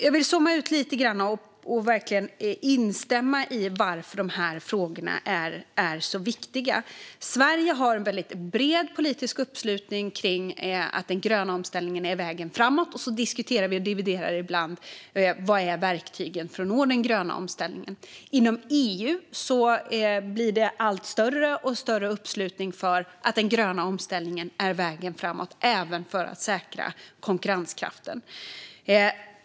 Jag vill zooma ut lite och verkligen instämma i att de här frågorna är viktiga. Sverige har en väldigt bred politisk uppslutning kring att den gröna omställningen är vägen framåt, men vi diskuterar och dividerar ibland om verktygen för att nå dit. Inom EU blir det allt större uppslutning kring att den gröna omställningen är vägen framåt, även för att säkra konkurrenskraften.